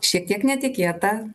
šiek tiek netikėta